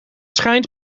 schijnt